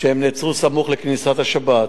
שהם נעצרו סמוך לכניסת השבת.